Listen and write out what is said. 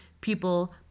people